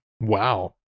Wow